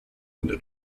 into